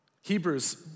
Hebrews